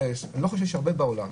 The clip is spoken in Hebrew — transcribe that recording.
אני לא חושב שיש הרבה כאלה בעולם.